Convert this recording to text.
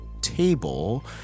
table